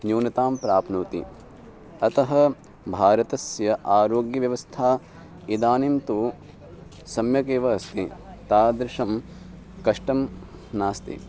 न्यूनतां प्राप्नोति अतः भारतस्य आरोग्यव्यवस्था इदानीं तु सम्यकेव अस्ति तादृशं कष्टं नास्ति